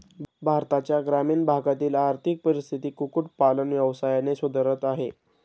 भारताच्या ग्रामीण भागातील आर्थिक परिस्थिती कुक्कुट पालन व्यवसायाने सुधारत आहे